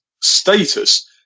status